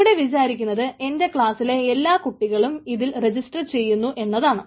ഇവിടെ വിചാരിക്കുന്നത് എന്റെ ക്ലാസിലെ എല്ലാ കുട്ടികളും ഇതിൽ രജിസ്റ്റർ ചെയ്യുന്നു എന്നാണ്